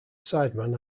sideman